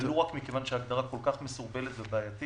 ולו רק מכיוון שההגדרה כל כך מסורבלת ובעייתית.